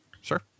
Sure